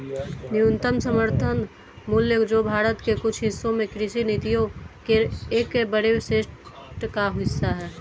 न्यूनतम समर्थन मूल्य जो भारत के कुछ हिस्सों में कृषि नीतियों के एक बड़े सेट का हिस्सा है